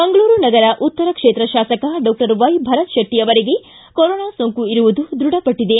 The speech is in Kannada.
ಮಂಗಳೂರು ನಗರ ಉತ್ತರ ಕ್ಷೇತ್ರ ಶಾಸಕ ಡಾಕ್ಟರ್ ವೈ ಭರತ್ ಶೆಟ್ಟ ಅವರಿಗೆ ಕೊರೋನಾ ಸೋಂಕು ಇರುವುದು ದೃಢಪಟ್ಟದೆ